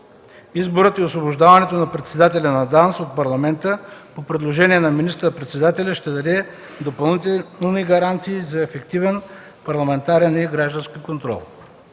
Изборът и освобождаването на председателя на ДАНС от Парламента по предложение на министър-председателя ще даде допълнителни гаранции за ефективен парламентарен и граждански контрол.